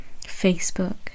Facebook